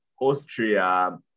Austria